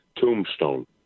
Tombstone